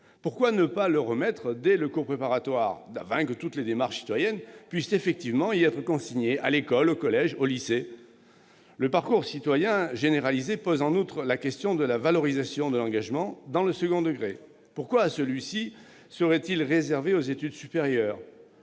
pourquoi ne pas remettre le livret citoyen dès le cours préparatoire, afin que toutes les démarches citoyennes puissent effectivement y être consignées, à l'école, au collège, au lycée ? Le parcours citoyen généralisé soulève en outre la question de la valorisation de l'engagement dans le second degré. Pourquoi celui-ci serait-il réservé aux étudiants,